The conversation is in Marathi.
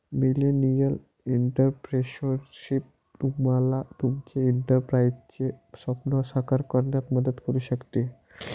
मिलेनियल एंटरप्रेन्योरशिप तुम्हाला तुमचे एंटरप्राइझचे स्वप्न साकार करण्यात मदत करू शकते